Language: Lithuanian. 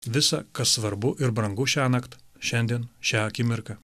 visą kas svarbu ir brangu šiąnakt šiandien šią akimirką